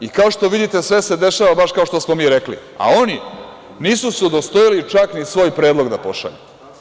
I, kao što vidite sve se dešava baš kao što smo mi rekli, a oni nisu se udostojili čak ni svoj predlog da pošalju.